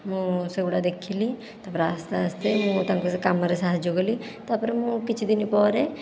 ମୁଁ ସେଗୁଡ଼ାକ ଦେଖିଲି ତା'ପରେ ଆସ୍ତେ ଆସ୍ତେ ମୁଁ ତାଙ୍କୁ କାମରେ ସାହାଯ୍ୟ କଲି ତା'ପରେ ମୁଁ କିଛି ଦିନ ପରେ